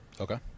Okay